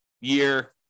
year